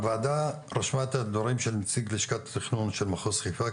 הוועדה רשמה את הדברים של נציג לשכת התכנון של מחוז חיפה,